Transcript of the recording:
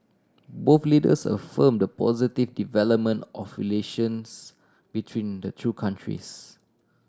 both leaders affirm the positive development of relations between the two countries